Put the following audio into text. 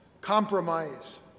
compromise